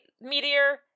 Meteor